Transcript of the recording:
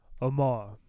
Amar